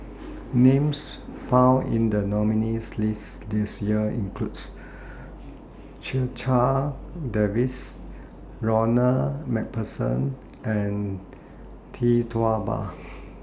Names found in The nominees' list This Year include Checha Davies Ronald MacPherson and Tee Tua Ba